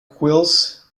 quills